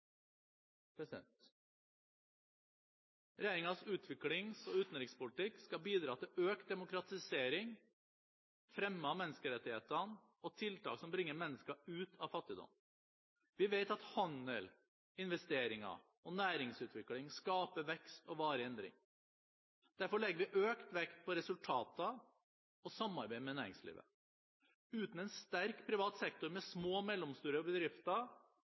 utviklings- og utenrikspolitikk skal bidra til økt demokratisering, fremme av menneskerettighetene og tiltak som bringer mennesker ut av fattigdom. Vi vet at handel, investering og næringsutvikling skaper vekst og varig endring. Derfor legger vi økt vekt på resultater og samarbeid med næringslivet. Uten en sterk privat sektor med små og mellomstore bedrifter